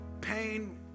pain